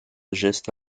geste